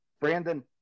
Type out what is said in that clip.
Brandon